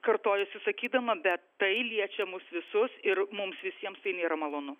kartojuosi sakydama bet tai liečia mus visus ir mums visiems tai nėra malonu